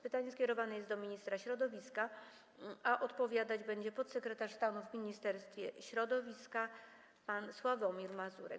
Pytanie skierowane jest do ministra środowiska, a odpowiadać będzie podsekretarz stanu w Ministerstwie Środowiska pan Sławomir Mazurek.